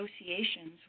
associations